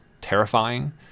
terrifying